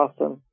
awesome